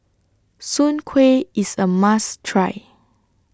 Soon Kway IS A must Try